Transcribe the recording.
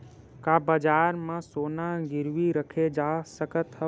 का बजार म सोना गिरवी रखे जा सकत हवय?